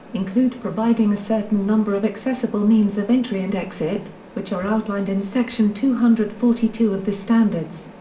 include providing a certain number of accessible means of entry and exit, which are outlined in section two hundred and forty two of the standards.